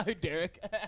Derek